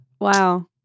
Wow